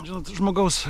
žinot žmogaus